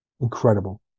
incredible